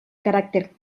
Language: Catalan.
caràcter